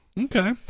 Okay